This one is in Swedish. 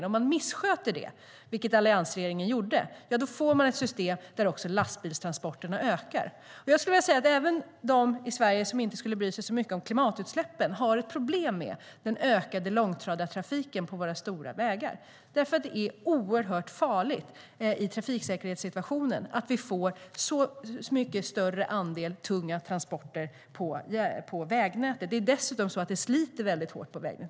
Om man missköter det, vilket alliansregeringen gjorde, får man ett system där lastbilstransporterna ökar. Jag skulle vilja säga: Även de i Sverige som inte skulle bry sig så mycket om klimatutsläppen har ett problem med den ökade långtradartrafiken på våra stora vägar. Det är nämligen oerhört farligt trafiksäkerhetsmässigt att vi får så mycket större andel tunga transporter på vägnätet. Det sliter dessutom mycket hårt på vägnätet.